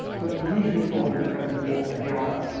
but and usually formed in the presence of water, here on earth.